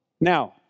Now